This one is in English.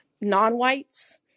non-whites